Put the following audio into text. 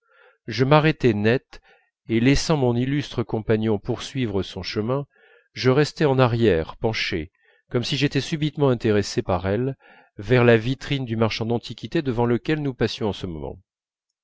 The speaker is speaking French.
je m'arrêtai net et laissant mon illustre compagnon poursuivre son chemin je restai en arrière penché comme si j'étais subitement intéressé par elle vers la vitrine du marchand d'antiquités devant lequel nous passions en ce moment